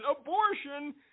abortion